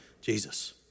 Jesus